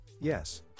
Yes